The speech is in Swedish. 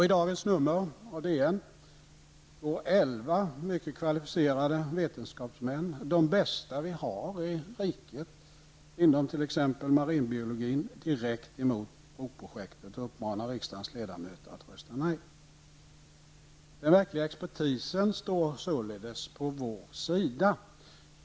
I dagens nummer av Dagens Nyheter går elva mycket kvalificerade vetenskapsmän, de bästa vi har i riket inom t.ex. marinbiologi, direkt emot broprojektet och uppmanar riksdagens ledamöter att rösta nej. Den verkliga expertisen står således på vår sida.